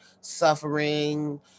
suffering